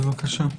בבקשה,